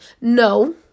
No